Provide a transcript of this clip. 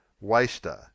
Waster